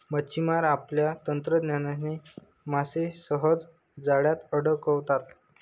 मच्छिमार आपल्या तंत्रज्ञानाने मासे सहज जाळ्यात अडकवतात